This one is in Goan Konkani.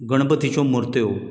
गणपतीच्यो मुर्त्यो